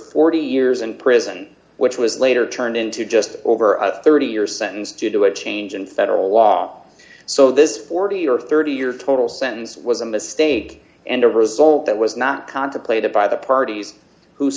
forty years in prison which was later turned into just over thirty years sentenced to do a change in federal law so this forty or thirty year total sentence was a mistake and a result that was not contemplated by the parties who